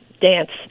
dance